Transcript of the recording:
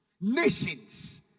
Nations